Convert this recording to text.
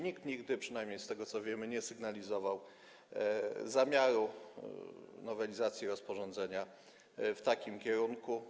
Nikt nigdy, przynajmniej z tego, co wiemy, nie sygnalizował zamiaru nowelizacji rozporządzenia w takim kierunku.